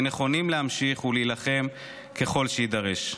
ונכונים להמשיך ולהילחם ככל שיידרש.